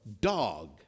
dog